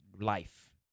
life